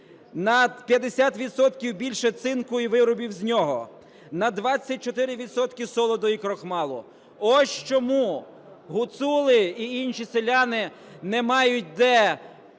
більше цинку і виробів з нього, на 24 відсотки солоду і крохмалю. Ось чому гуцули і інші селяни не мають де